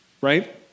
right